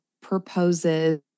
proposes